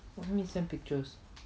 no need to send pictures